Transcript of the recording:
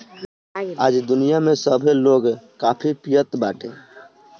आज दुनिया में सभे लोग काफी पियत बाटे